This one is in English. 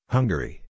Hungary